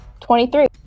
23